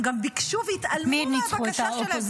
הן גם ביקשו, והתעלמו מהבקשה שלהן.